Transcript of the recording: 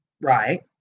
Right